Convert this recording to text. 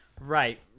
Right